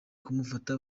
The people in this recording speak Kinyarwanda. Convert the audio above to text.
kumufata